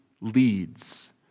leads